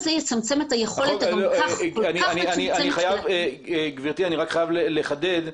אני חייב לחדד.